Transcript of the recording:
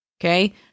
Okay